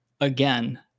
again